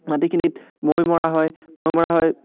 মাটিখিনিত মৈ মৰা হয় মৈ মৰা হয়